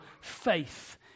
faith